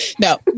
no